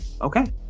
Okay